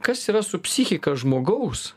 kas yra su psichika žmogaus